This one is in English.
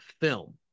film